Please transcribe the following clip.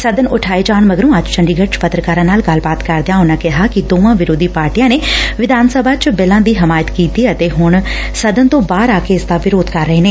ਸਦਨ ਉਠਾਏ ਜਾਣ ਮਗਰੋਂ ਅੱਜ ਚੰਡੀਗੜ ਚ ਪੱਤਰਕਾਰਾਂ ਨਾਲ ਗੱਲਬਾਤ ਕਰਦਿਆਂ ਉਨੁਾਂ ਕਿਹਾ ਕਿ ਦੋਵਾਂ ਵਿਰੋਧੀ ਪਾਰਟੀਆਂ ਨੇ ਵਿਧਾਨ ਸਭਾ ਚ ਬਿੱਲਾਂ ਦੀ ਹਿਮਾਇਤ ੱਕੀਤੀ ਅਤੇ ਹੁਣ ਸਦਨ ਤੋਂ ਬਾਹਰ ਆ ਕੇ ਇਸ ਦਾ ਵਿਰੋਧ ਕਰ ਰਹੇ ਨੇ